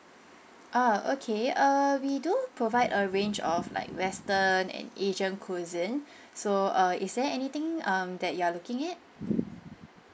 ah okay err we do provide a range of like western and asian cuisine so uh is there anything um that you are looking at